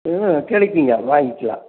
ம் கிடைக்குங்க வாங்கிக்கலாம்